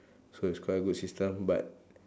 so it's quite a good system but